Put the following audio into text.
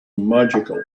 magical